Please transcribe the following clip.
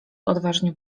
odważnie